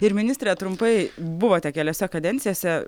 ir ministre trumpai buvote keliose kadencijose